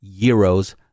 euros